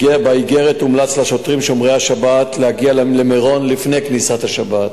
באיגרת הומלץ לשוטרים שומרי השבת להגיע למירון לפני כניסת השבת.